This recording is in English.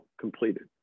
completed